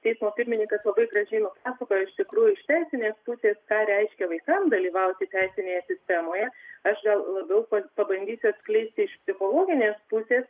teismo pirmininkas labai graži pasakojo iš tikrųjų iš teisinės pusės ką reiškia vaikam dalyvauti teisinėje sistemoje aš gal labiau pa pabandysiu atskleisti iš psichologinės pusės